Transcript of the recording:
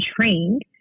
trained